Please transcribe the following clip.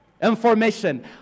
information